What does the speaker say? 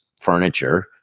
furniture